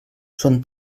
són